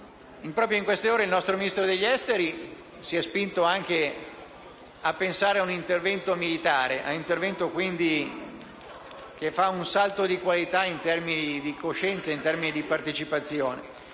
in queste ore il nostro Ministro degli esteri si è spinto a pensare anche ad un intervento militare, che rappresenta un salto di qualità in termini di coscienza e di partecipazione.